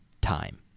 time